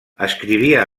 escrivia